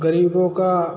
ग़रीबों का